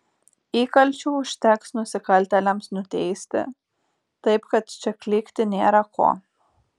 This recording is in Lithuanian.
įkalčių užteks nusikaltėliams nuteisti taip kad čia klykti nėra ko